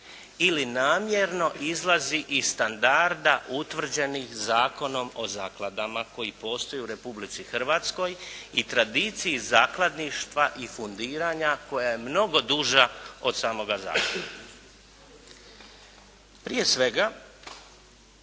ili namjerno izlazi iz standarda utvrđenih Zakonom o zakladama koji postoje u Republici Hrvatskoj i tradiciji zakladništva i fundiranja koja je mnogo duža od samoga zakona. Prije svega